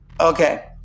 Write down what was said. Okay